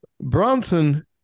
Bronson